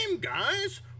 guys